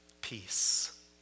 peace